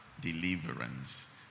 deliverance